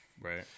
right